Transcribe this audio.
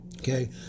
okay